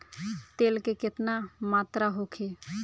तेल के केतना मात्रा होखे?